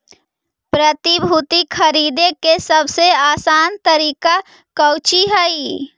प्रतिभूति खरीदे के सबसे आसान तरीका कउची हइ